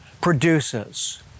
produces